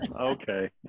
Okay